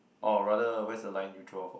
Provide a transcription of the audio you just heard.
or rather where's the line you draw for